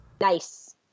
Nice